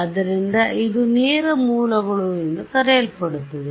ಆದ್ದರಿಂದ ಇದು ನೇರ ಮೂಲಗಳು ಎಂದು ಕರೆಯಲ್ಪಡುತ್ತದೆ